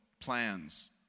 plans